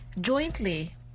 Jointly